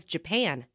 Japan